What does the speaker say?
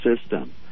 system